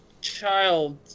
Child